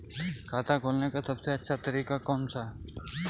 खाता खोलने का सबसे अच्छा तरीका कौन सा है?